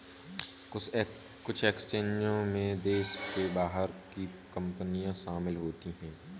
कुछ एक्सचेंजों में देश के बाहर की कंपनियां शामिल होती हैं